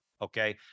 okay